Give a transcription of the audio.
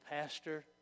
pastor